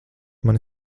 mani